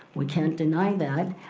we can't deny that.